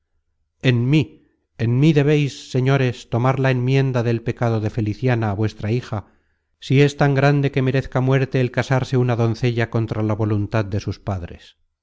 en mí en mí debeis señores tomar la enmienda del pecado de feliciana vuestra hija si es tan grande que merezca muerte el casarse una doncella contra la voluntad de sus padres